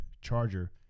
Charger